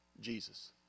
Jesus